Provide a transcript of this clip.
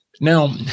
Now